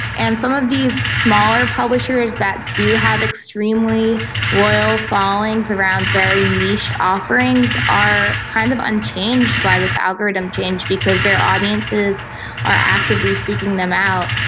and some of these smaller publishers that do have extremely loyal followings around very niche offerings are kind of unchanged by this algorithm change because their audiences are actively seeking them out.